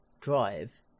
drive